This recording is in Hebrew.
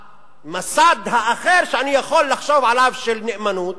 המסד האחר שאני יכול לחשוב עליו של נאמנות,